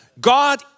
God